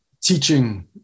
teaching